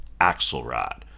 Axelrod